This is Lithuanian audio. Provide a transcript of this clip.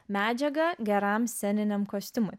medžiagą geram sceniniam kostiumui